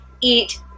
eat